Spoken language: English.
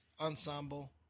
ensemble